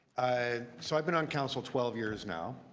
ah so i've been on council twelve years now,